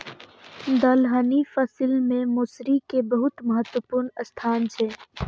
दलहनी फसिल मे मौसरी के बहुत महत्वपूर्ण स्थान छै